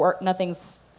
nothing's